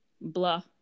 blah